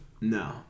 No